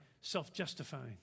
self-justifying